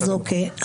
אוקיי.